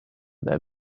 their